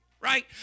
right